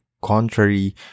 contrary